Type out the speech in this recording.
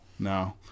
No